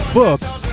books